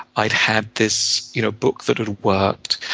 i'd had this you know book that had worked,